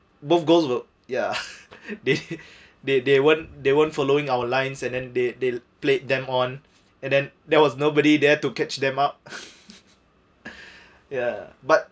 both goals ya they they they weren't they weren't following our lines and then they they played them on and then there was nobody there to catch them up ya but